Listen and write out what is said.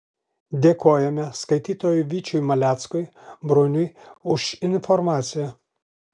dėkojame skaitytojui vyčiui maleckui bruniui už informaciją